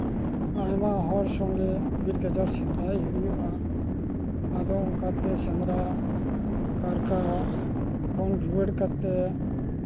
ᱟᱭᱢᱟ ᱦᱚᱲ ᱥᱚᱸᱜᱮ ᱵᱤᱨ ᱜᱟᱡᱟᱲ ᱥᱮᱸᱫᱽᱨᱟᱭ ᱦᱩᱭᱩᱜᱼᱟ ᱟᱫᱚ ᱚᱱᱠᱟᱛᱮ ᱥᱮᱸᱫᱨᱟᱼᱠᱟᱨᱠᱟ ᱠᱷᱚᱱ ᱨᱩᱣᱟᱹᱲ ᱠᱟᱛᱮᱫ